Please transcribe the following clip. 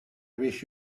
wish